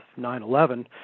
9-11